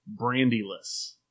brandyless